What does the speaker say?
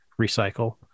recycle